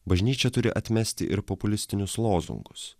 bažnyčia turi atmesti ir populistinius lozungus